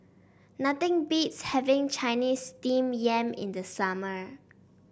nothing beats having Chinese Steamed Yam in the summer